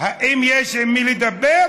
האם יש עם מי לדבר?